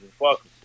Fuck